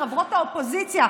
חברות האופוזיציה,